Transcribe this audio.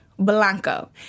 Blanco